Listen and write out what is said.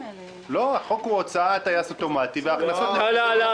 החוק הוא הוצאה על טייס אוטומטי והכנסות --- לא,